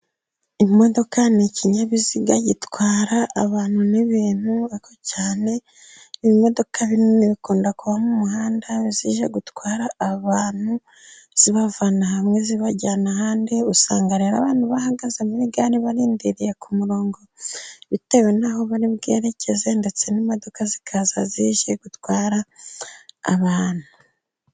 Imodoka ni ikinyabiziga gitwara abantu n’ibintu cyane. Imodoka nini zikunda kuba mu muhanda, zije gutwara abantu, zibavana hamwe, zibajyana ahandi. Usanga rero abantu bahagaze muri gare, barindiriye ku murongo, bitewe n’aho bari bwerekeze, ndetse n’imodoka zikaza zije gutwara abantu.